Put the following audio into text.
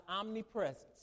omnipresence